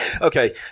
Okay